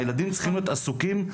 הילדים צריכים להיות עסוקים,